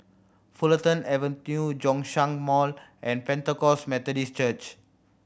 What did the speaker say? Fulton Avenue Zhongshan Mall and Pentecost Methodist Church